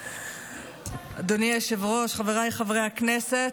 אדוני היושב-ראש, חבריי חברי הכנסת,